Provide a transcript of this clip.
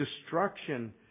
destruction